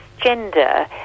gender